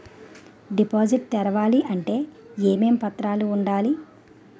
Deposit తెరవాలి అంటే ఏమేం పత్రాలు ఉండాలి?